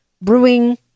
brewing